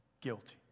Guilty